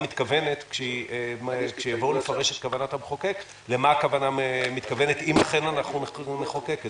מתכוונת כשיבואו לפרש את כוונת המחוקק אם אכן אנחנו נחוקק את